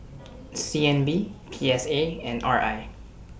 C N B P S A and R I